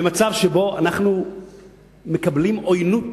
במצב שבו יש אלינו עוינות